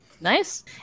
Nice